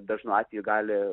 dažnu atveju gali